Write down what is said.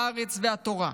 הארץ והתורה.